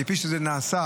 כפי שזה נעשה.